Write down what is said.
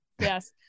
Yes